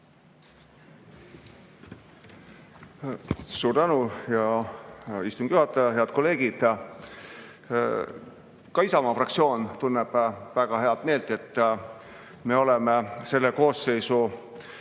Suur tänu, hea istungi juhataja! Head kolleegid! Ka Isamaa fraktsioon tunneb väga head meelt, et me oleme selle koosseisu